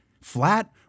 Flat